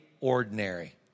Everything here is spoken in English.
ordinary